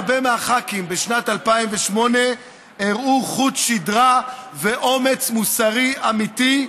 הרבה מהח"כים בשנת 2008 הראו חוט שדרה ואומץ מוסרי אמיתי,